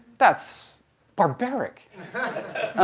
that's barbaric.